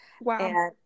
Wow